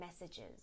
messages